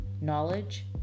knowledge